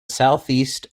southeast